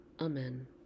Amen